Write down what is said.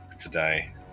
today